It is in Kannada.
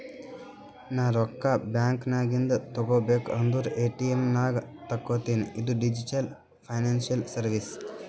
ನಾ ರೊಕ್ಕಾ ಬ್ಯಾಂಕ್ ನಾಗಿಂದ್ ತಗೋಬೇಕ ಅಂದುರ್ ಎ.ಟಿ.ಎಮ್ ನಾಗೆ ತಕ್ಕೋತಿನಿ ಇದು ಡಿಜಿಟಲ್ ಫೈನಾನ್ಸಿಯಲ್ ಸರ್ವೀಸ್